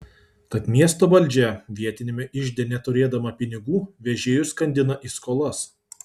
tad miesto valdžia vietiniame ižde neturėdama pinigų vežėjus skandina į skolas